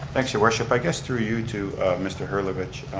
thanks your worship. i guess through you to mr. hullervich,